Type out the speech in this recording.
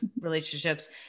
relationships